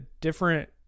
different